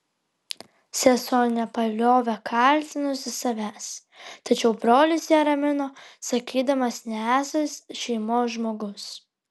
sesuo nepaliovė kaltinusi savęs tačiau brolis ją ramino sakydamas nesąs šeimos žmogus